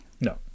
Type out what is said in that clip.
No